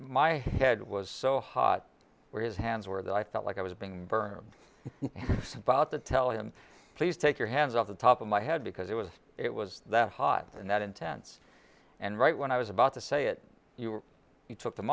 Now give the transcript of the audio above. my head was so hot where his hands were that i felt like i was being burned about to tell him please take your hands off the top of my head because it was it was that hot and that intense and right when i was about to say it took them